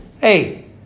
Hey